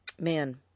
Man